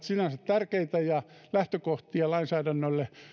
sinänsä tärkeinä ja lähtökohtina lainsäädännölle